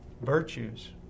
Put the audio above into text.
virtues